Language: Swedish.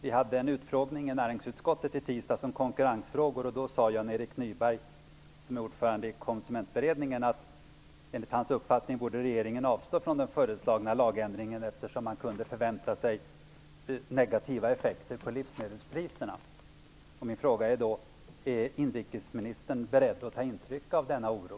Vi hade i tisdags i näringsutskottet en utfrågning om konkurrensfrågor, och då sade Jan-Erik Nyberg, som är ordförande i Konsumentberedningen, att regeringen enligt hans uppfattning borde avstå från den föreslagna lagändringen, eftersom man kunde förvänta sig negativa effekter på livsmedelspriserna. Min fråga är då: Är inrikesministern beredd att ta intryck av denna oro?